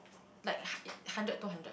like hun~ hundred two hundred